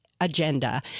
agenda